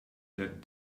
that